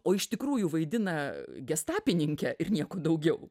o iš tikrųjų vaidina gestapininkę ir nieko daugiau